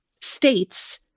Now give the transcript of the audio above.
states